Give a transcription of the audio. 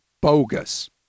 bogus